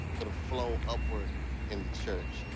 sort of, flow upward in the church.